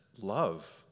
love